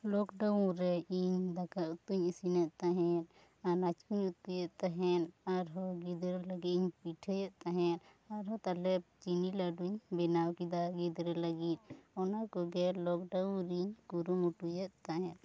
lockdown ᱨᱮ ᱤᱧ ᱫᱟᱠᱟ ᱩᱛᱩᱭᱤᱧ ᱤᱥᱤᱱᱮᱫ ᱛᱟᱦᱮᱸᱫ ᱟᱱᱟᱡ ᱠᱚᱧ ᱩᱛᱩᱭᱮᱫ ᱛᱟᱦᱮᱸᱫ ᱟᱨᱦᱚᱸ ᱜᱤᱫᱽᱨᱟᱹ ᱞᱟᱹᱜᱤᱫ ᱤᱧ ᱯᱤᱴᱷᱟᱭᱮᱫ ᱛᱟᱦᱮᱸᱫ ᱟᱨᱦᱚᱸ ᱛᱟᱞᱦᱮ ᱪᱤᱱᱤ ᱞᱟᱹᱰᱩ ᱤᱧ ᱵᱮᱱᱟᱣ ᱠᱮᱫᱟ ᱜᱤᱫᱽᱨᱟᱹ ᱞᱟᱹᱜᱤᱫ ᱚᱱᱟ ᱠᱚᱜᱮ ᱞᱚᱠᱰᱟᱣᱩᱱ ᱨᱤᱧ ᱠᱩᱨᱩᱢᱩᱴᱩᱭᱮᱫ ᱛᱟᱦᱮᱸᱫ